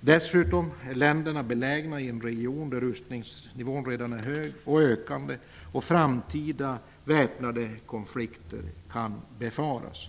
Dessutom är länderna belägna i en region där rustningsnivån redan är hög och ökande. Framtida väpnade konflikter kan befaras i området.